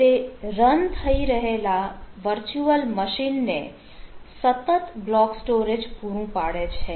તે રન થઇ રહેલા વર્ચ્યુઅલ મશીન ને સતત બ્લોક સ્ટોરેજ પૂરું પાડે છે